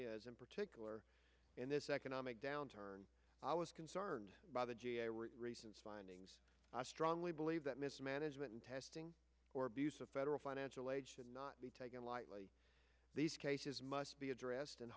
is in particular in this economic downturn i was concerned by the recent findings i strongly believe that mismanagement testing or abuse of federal financial aid should not be taken lightly these cases must be addressed and